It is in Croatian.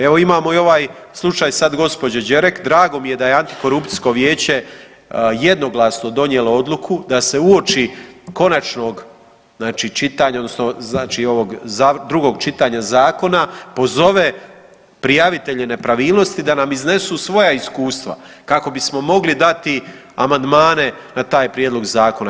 Evo imamo i ovaj slučaj sad gospođe Đerek, drago mi je da je antikorupcijsko vijeće jednoglasno donijelo odluku da se uoči konačnog znači čitanja, odnosno znači ovog drugog čitanja zakona pozove prijavitelje nepravilnosti da nam iznesu svoja iskustva kako bismo mogli dati amandmane na taj prijedlog zakona.